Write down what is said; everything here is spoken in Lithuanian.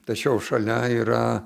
tačiau šalia yra